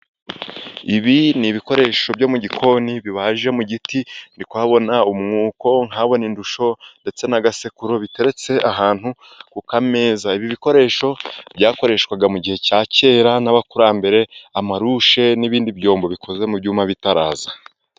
Ibi ni ibikoresho byo mu gikoni bibaje mu giti. Ndi kuhabona umwuko, nkahabona indusho ndetse n'agasekuro, biteretse ahantu ku kameza. Ibi bikoresho byakoreshwaga mu gihe cya kera n'abakurambere, amarushe n'ibindi byombo bikoze mu byuma bitaraza.